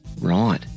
Right